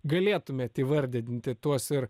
galėtumėt įvardinti tuos ir